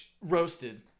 Roasted